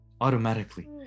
automatically